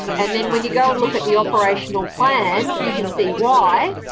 and then, when you go and look at the operational plan, you can see why,